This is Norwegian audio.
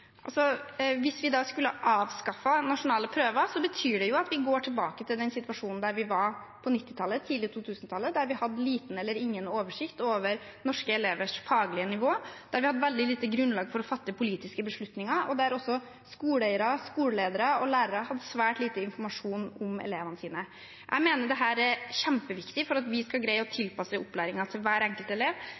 vi gikk tilbake til den situasjonen vi var i på 1990-tallet og tidlig på 2000-tallet, der vi hadde liten eller ingen oversikt over norske elevers faglige nivå, der vi hadde veldig lite grunnlag for å fatte politiske beslutninger, og der også skoleeiere, skoleledere og lærere hadde svært lite informasjon om elevene sine. Jeg mener dette er kjempeviktig for at vi skal greie å tilpasse opplæringen til hver enkelt elev.